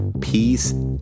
Peace